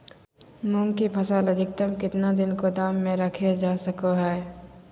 मूंग की फसल अधिकतम कितना दिन गोदाम में रखे जा सको हय?